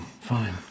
fine